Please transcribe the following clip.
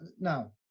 now